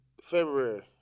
February